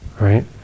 right